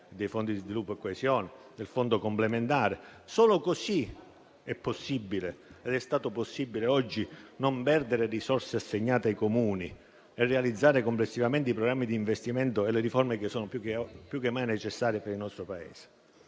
(dai fondi di sviluppo e coesione al fondo complementare), è possibile ed è stato possibile non perdere risorse assegnate ai Comuni e realizzare complessivamente i programmi di investimento e le riforme che sono più che mai necessarie per il nostro Paese.